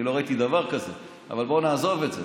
אני לא ראיתי דבר כזה, אבל בואו נעזוב את זה.